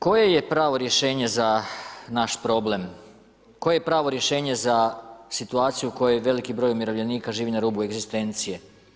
Koje je pravo rješenje za naš problem, koje je pravo rješenje za situaciju u kojoj veliki broj umirovljenika živi na rubu egzistencije?